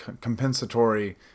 compensatory